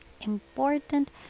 important